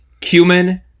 cumin